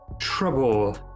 trouble